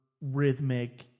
rhythmic